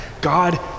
God